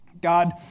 God